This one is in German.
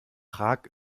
prag